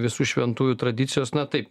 visų šventųjų tradicijos na taip